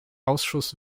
ausschuss